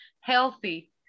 healthy